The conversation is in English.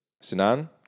Sinan